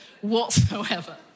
whatsoever